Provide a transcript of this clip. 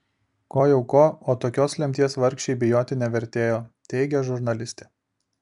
ko jau ko o tokios lemties vargšei bijoti nevertėjo teigia žurnalistė